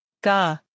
Gah